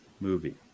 movie